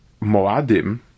Moadim